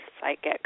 Psychic